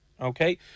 Okay